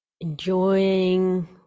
enjoying